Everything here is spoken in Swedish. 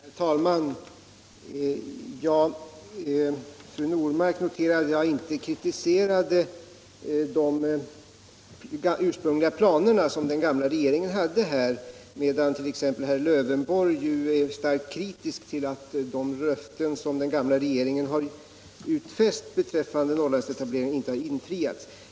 Herr talman! Fru Normark noterar att jag inte kritiserat de ursprungliga planer som den gamla regeringen hade, medan herr Lövenborg är starkt kritisk till att de löften som den gamla regeringen gett beträffande Norrlandsetableringar inte har infriats.